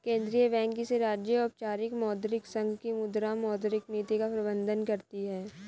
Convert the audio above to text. केंद्रीय बैंक किसी राज्य, औपचारिक मौद्रिक संघ की मुद्रा, मौद्रिक नीति का प्रबन्धन करती है